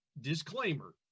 disclaimer